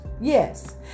Yes